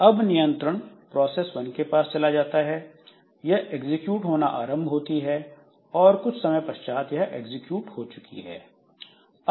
अब नियंत्रण process one के पास चला जाता है यह एग्जीक्यूट होना आरंभ होती है और कुछ समय पश्चात यह एग्जीक्यूट हो चुकी है